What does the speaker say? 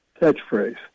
catchphrase